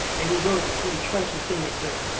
and he wrote this really trenchant thing that says,